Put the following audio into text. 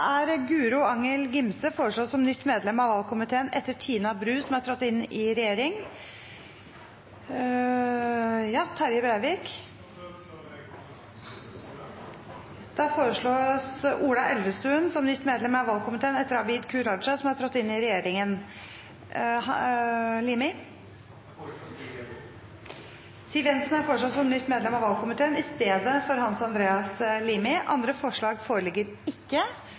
valgkomiteen etter Tina Bru, som er trådt inn i regjeringen. Eg føreslår Ola Elvestuen. Ola Elvestuen er foreslått som nytt medlem av valgkomiteen etter Abid Q. Raja, som er trådt inn i regjeringen. Jeg foreslår Siv Jensen. Siv Jensen er foreslått som nytt medlem av valgkomiteen, istedenfor Hans Andreas Limi. Andre forslag foreligger ikke,